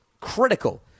critical